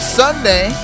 sunday